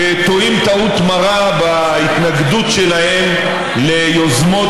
שטועים טעות מרה בהתנגדות שלהם ליוזמות